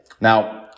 Now